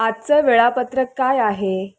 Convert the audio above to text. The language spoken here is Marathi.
आजचं वेळापत्रक काय आहे